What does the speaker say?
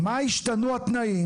גברתי היועצת המשפטית,